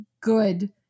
good